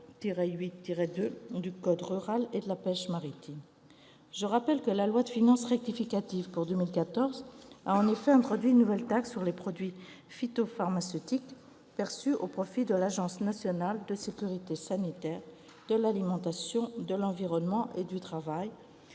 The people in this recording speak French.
Je rappelle que la loi de finances rectificative pour 2014 a en effet introduit une nouvelle taxe sur les produits phytopharmaceutiques perçue au profit de l'Agence nationale de sécurité sanitaire de l'alimentation, de l'environnement et du travail,